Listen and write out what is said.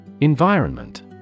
Environment